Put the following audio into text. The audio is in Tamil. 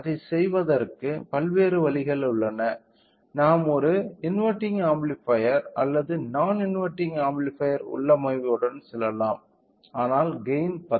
அதைச் செய்வதற்கு பல்வேறு வழிகள் உள்ளன நாம் ஒரு இன்வெர்ட்டிங் ஆம்பிளிபையர் அல்லது நான் இன்வெர்ட்டிங் ஆம்பிளிபையர் உள்ளமைவுடன் செல்லலாம் ஆனால் கெய்ன் 10